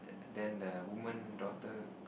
then the woman daughter